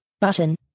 button